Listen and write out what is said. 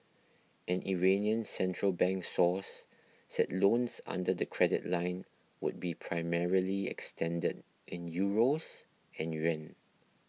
an Iranian central bank source said loans under the credit line would be primarily extended in Euros and yuan